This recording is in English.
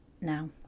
now